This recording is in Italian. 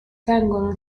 vengono